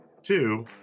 Two